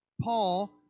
Paul